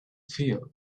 feel